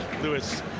Lewis